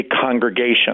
congregation